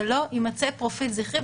ולא יימצא פרופיל זכרי,